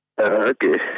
okay